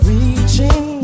Reaching